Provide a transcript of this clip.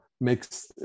makes